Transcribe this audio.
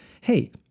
hey